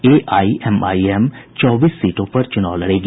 AIMIM चौबीस सीटों पर चुनाव लड़ेगी